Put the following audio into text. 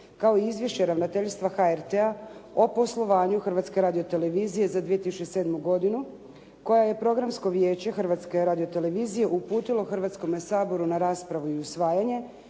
kao i Izvješće ravnateljstva HRT-a o poslovanju Hrvatske radiotelevizije za 2007. godinu koje je Programsko vijeće Hrvatske radiotelevizije uputilo Hrvatskome saboru na raspravu i usvajanje